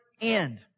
end